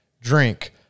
drink